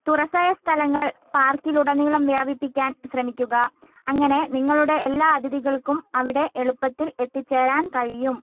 തുറസ്സായ സ്ഥലങ്ങൾ പാർക്കിലുടനീളം വ്യാപിപ്പിക്കാൻ ശ്രമിക്കുക അങ്ങനെ നിങ്ങളുടെ എല്ലാ അതിഥികൾക്കും അവിടെ എളുപ്പത്തിൽ എത്തിച്ചേരാൻ കഴിയും